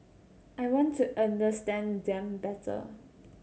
I want to understand them better